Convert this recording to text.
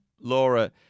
Laura